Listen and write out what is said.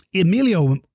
Emilio